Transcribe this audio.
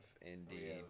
indeed